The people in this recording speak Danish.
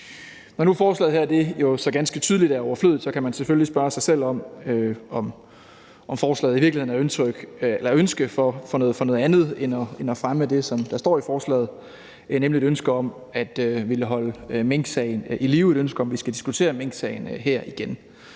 ganske tydeligt er overflødigt, kan man selvfølgelig spørge sig selv, om forslaget i virkeligheden er et ønske om noget andet end at ville fremme det, som der står i forslaget, nemlig et ønske om at ville holde minksagen i live, et ønske om, at vi skal diskutere minksagen her igen.